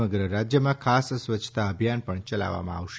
સમગ્ર રાજયમાં ખાસ સ્વચ્છતા ભિયાન યલાવવામાં આવશે